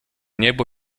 niebo